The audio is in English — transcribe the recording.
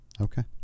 Okay